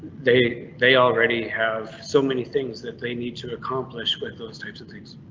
they they already have so many things that they need to accomplish with those types of things.